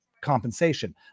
compensation